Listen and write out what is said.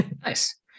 Nice